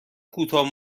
کوتاه